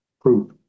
Proof